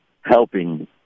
helping